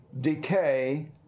decay